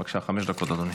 בבקשה, חמש דקות, אדוני.